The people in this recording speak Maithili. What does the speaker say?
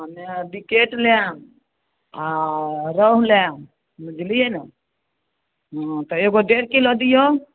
हम नऽ विकेट लेब आ रहु लेब बुझलियै ने हँ तऽ एगो डेढ़ किलो दियौ